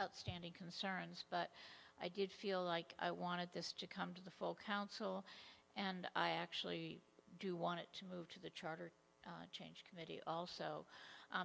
outstanding concerns but i did feel like i wanted this to come to the full council and i actually do want to move to the charter committee also